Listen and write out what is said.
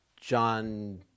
John